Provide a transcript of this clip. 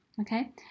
Okay